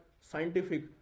scientific